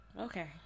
Okay